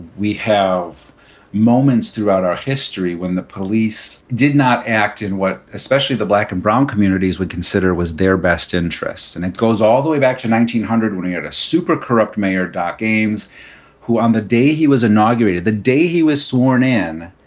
we have moments throughout our history when the police did not act in what especially the black and brown communities would consider was their best interests. and it goes all the way back to nineteen hundred we had a super corrupt mayor, and james, who on the day he was inaugurated, the day he was sworn in,